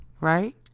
right